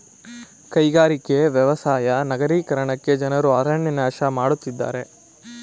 ಕೈಗಾರಿಕೆ, ವ್ಯವಸಾಯ ನಗರೀಕರಣಕ್ಕೆ ಜನರು ಅರಣ್ಯ ನಾಶ ಮಾಡತ್ತಿದ್ದಾರೆ